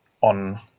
on